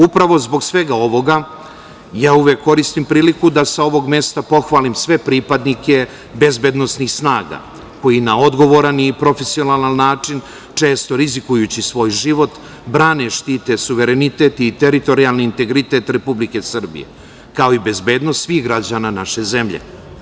Upravo zbog svega ovoga ja koristim priliku da sa ovog mesta pohvalim sve pripadnike bezbednosnih snaga koji na odgovaran i profesionalan način, često rizikujući svoj život, brane i štite suverenitet i teritorijalni integritet Republike Srbije, kao i bezbednost svih građana naše zemlje.